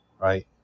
Right